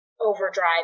overdrive